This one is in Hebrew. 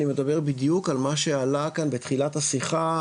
אני מדבר בדיוק על מה שעלה כאן בתחילת השיחה,